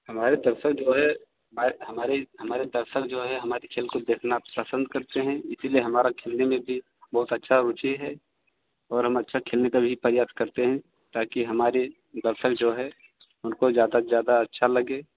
हमारे दर्शक जो है वे हमारे हमारे दर्शक जो है हमारी खेल कूद देखना पसंद करते हैं इसलिए हमारा खेलने में भी बहुत अच्छा रुचि है और हम अच्छा खेलने का भी प्रयास करते हैं ताकि हमारे दर्शक जो है उनको ज़्यादा से ज़्यादा अच्छा लगे